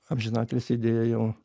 amžiną atilsį deja jau